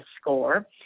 score